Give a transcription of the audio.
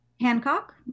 Hancock